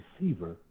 receiver